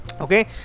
Okay